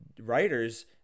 writers